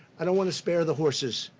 i don't want to spare the horses.